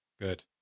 Good